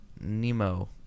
nemo